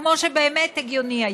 כמו שבאמת היה הגיוני?